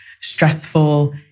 stressful